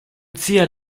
zia